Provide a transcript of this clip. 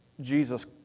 Jesus